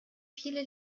viele